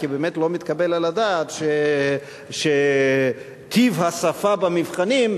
כי באמת לא מתקבל על הדעת שטיב השפה במבחנים,